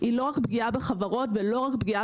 היא לא רק פגיעה בחברות ולא רק פגיעה